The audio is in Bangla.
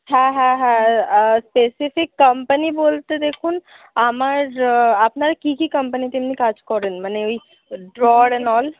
হ্যাঁ হ্যাঁ হ্যাঁ স্পেসিফিক কোম্পানি বলতে দেখুন আমার আপনারা কী কী কোম্পানিতে এমনি কাজ করেন মানে এই ড্রয়ার অ্যান্ড অল